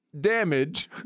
damage